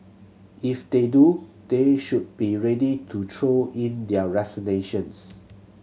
if they do they should be ready to throw in their resignations